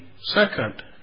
second